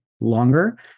longer